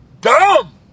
dumb